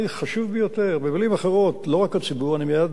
במלים אחרות, לא רק הציבור, שקראנו לו,